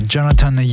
Jonathan